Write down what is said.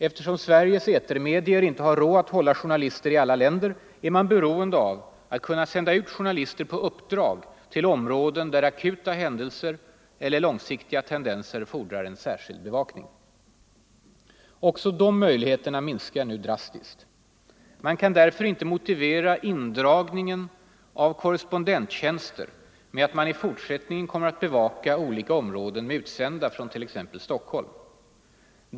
Eftersom Sveriges etermedier inte har råd att hålla journalister i alla länder, är man beroende av att kunna sända ut journalister på uppdrag till områden där akuta händelser eller långsiktiga tendenser fordrar en särskild bevakningg. Också de möjligheterna minskar nu drastiskt. Man kan därför inte motivera indragningen av korrespondenttjänster med att man i fortsättningen kommer att bevaka olika områden med utsända från t.ex. Stockholm.